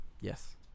yes